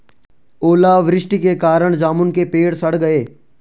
ओला वृष्टि के कारण जामुन के पेड़ सड़ गए